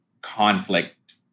conflict